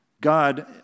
God